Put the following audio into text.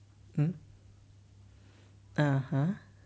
mm (uh huh)